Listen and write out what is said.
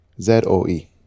Zoe